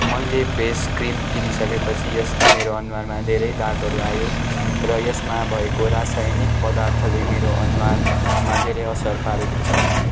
मैले face cream किनिसकेपछि यसले मेरो अनुहारमा धेरै दागहरू आयो र यसमा भएको रासयनिक पदार्थले मेरो अनुहारमा धेरै असर पारेको छ